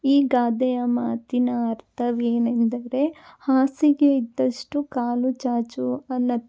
ಈ ಗಾದೆಯ ಮಾತಿನ ಅರ್ಥವೇನೆಂದರೆ ಹಾಸಿಗೆ ಇದ್ದಷ್ಟು ಕಾಲು ಚಾಚು ಅನ್ನು